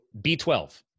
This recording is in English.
B12